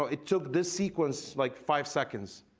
it took the sequence like five seconds.